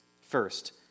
first